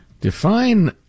Define